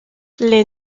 les